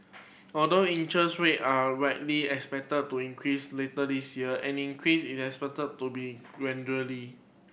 although interest rate are widely expected to increase later this year any increase is expected to be gradually